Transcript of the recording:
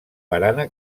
barana